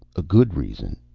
a good reason.